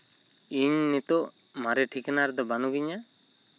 ᱤᱧ ᱱᱤᱛᱚᱜ ᱢᱟᱨᱮ ᱴᱷᱤᱠᱟᱱᱟ ᱨᱮᱫᱚ ᱵᱟᱹᱱᱩᱜᱤᱧᱟ